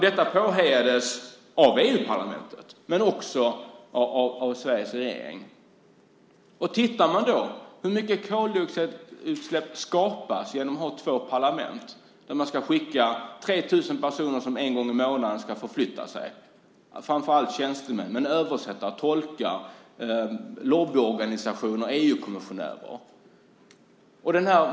Detta påhejades av EU-parlamentet, men också av Sveriges regering. I rapporten har man uppskattat hur stora koldioxidutsläpp som sker genom att man har två parlament. 3 000 personer ska en gång i månaden förflytta sig, framför allt tjänstemän. Det gäller översättare, tolkar, lobbyorganisationer och EU-kommissionärer.